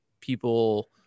people